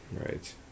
Right